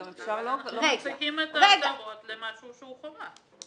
ממשיכים את ההטבות למשהו שהוא חובה.